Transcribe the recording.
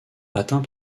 atteint